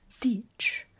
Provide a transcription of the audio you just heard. ditch